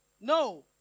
No